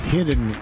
Hidden